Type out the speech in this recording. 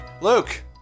Luke